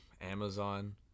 Amazon